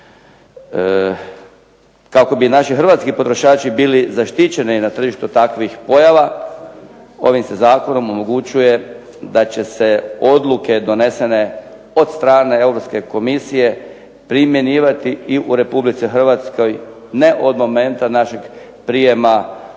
Kako bi naši hrvatski potrošači bili zaštićeni na tržištu takvih pojava ovim se zakonom omogućuje da će se odluke donese od strane Europske komisije primjenjivati i u Republici Hrvatskoj ne od momenta našeg prijema u